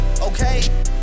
Okay